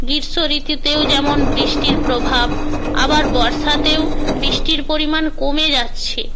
গ্রীষ্ম ঋতুতেও যেমন বৃষ্টির প্রভাব আবার বর্ষাতেও বৃষ্টির পরিমাণ কমে যাচ্ছে